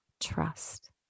trust